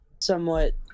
somewhat